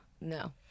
No